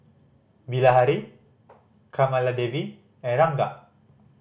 Bilahari Kamaladevi and Ranga